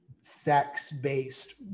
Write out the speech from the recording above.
sex-based